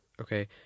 okay